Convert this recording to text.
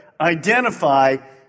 identify